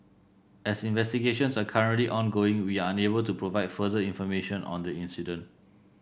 as investigations are currently ongoing we are unable to provide further information on the incident